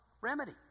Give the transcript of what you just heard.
Remedy